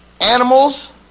animals